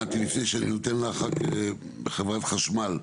מטי, לפני שאני נותן לך, חברת חשמל,